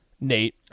Nate